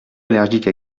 allergique